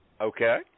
Okay